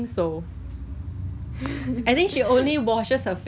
if not 你很 bored then it's like uh you feel something is